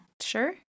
Sure